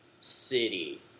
City